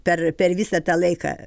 per per visą tą laiką